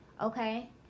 okay